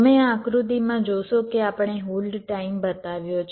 તમે આ આકૃતિમાં જોશો કે આપણે હોલ્ડ ટાઇમ બતાવ્યો છે